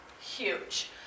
huge